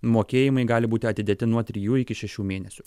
mokėjimai gali būti atidėti nuo trijų iki šešių mėnesių